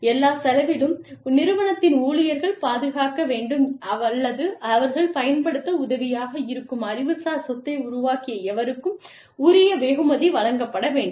எல்லா செலவிலும் நிறுவனத்தின் ஊழியர்கள் பாதுகாக்க வேண்டும் அல்லது அவர்கள் பயன்படுத்த உதவியாக இருக்கும் அறிவு சார் சொத்தை உருவாக்கிய எவருக்கும் உரிய வெகுமதி வழங்கப்பட வேண்டும்